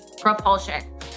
propulsion